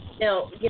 Now